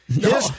No